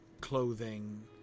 clothing